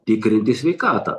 tikrinti sveikatą